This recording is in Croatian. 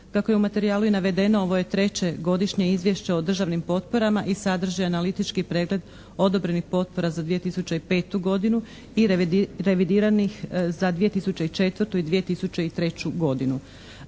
Kako je u materijalu i navedeno ovo je treće godišnje izvješće o državnim potporama i sadrži analitički pregled odobrenih potpora za 2005. godinu i revidiranih za 2004. i 2003. godinu.